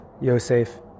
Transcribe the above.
Yosef